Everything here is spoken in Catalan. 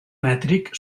mètric